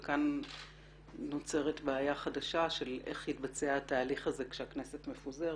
וכאן נוצרת בעיה חדשה של איך יתבצע התהליך הזה כשהכנסת מפוזרת.